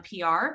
PR